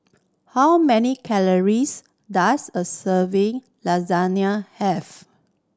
how many calories does a serving Lasagne have